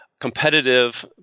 Competitive